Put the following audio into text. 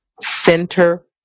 center